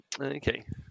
Okay